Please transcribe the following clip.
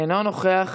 אינו נוכח.